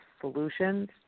solutions